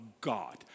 God